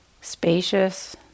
spacious